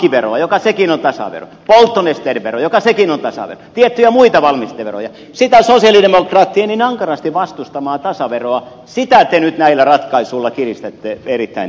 pankkiveroa joka sekin on tasavero polttonesteiden veroa joka sekin on tasavero tiettyjä muita valmisteveroja sitä sosialidemokraattien niin ankarasti vastustamaa tasaveroa te nyt näillä ratkaisuilla kiristätte erittäin tuntuvasti